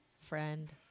friend